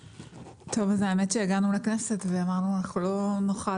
האמת היא שהגענו לכנסת ואמרנו לא נוכל